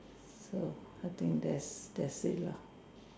so I think that's that's it lah